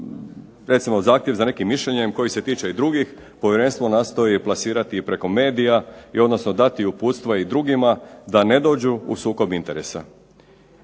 ono što zahtjev za nekim mišljenjem koje se tiče i drugih Povjerenstvo nastoji plasirati preko medija, i odnosno dati uputstva i drugima da ne dođu u sukob interesa.